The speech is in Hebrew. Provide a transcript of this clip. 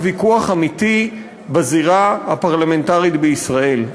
ויכוח אמיתי בזירה הפרלמנטרית בישראל.